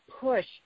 push